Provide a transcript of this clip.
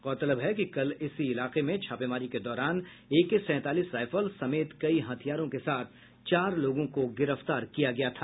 गौरतलब है कि कल इसी इलाके में छापेमारी के दौरान एके सैंतालीस रायफल समेत कई हथियारों के साथ चार लोगों गिरफ्तार किया गया था